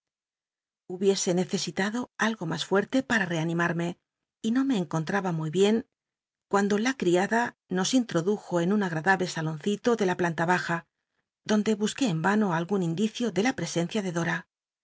hubiese necesitado algo mas fuerte para reanimarm y no me encontraba muy bien cuando la biblioteca nacional de españa david copperfield criada nos inhodujo en un agradable aloncilo de la planta baja donde husc ué en ano algun indicio de la presencia ele dora